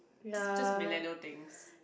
just just millennial things